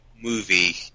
movie